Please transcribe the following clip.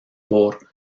por